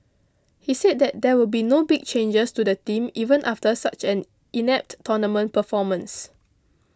he said that there will be no big changes to the team even after such an inept tournament performance